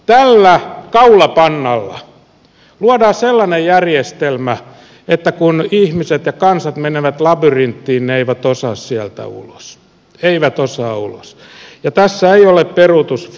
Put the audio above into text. tällä kaulapannalla luodaan sellainen järjestelmä että kun ihmiset ja kansat menevät labyrinttiin ne eivät osaa sieltä ulos eivät osaa ulos ja tässä ei ole peruutusvaihdetta